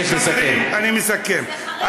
אבקש לסכם.